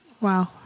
Wow